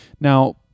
Now